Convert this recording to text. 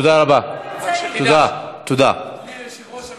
לכדי תקיפה פיזית, בעיטות ברכב שלו וכו'.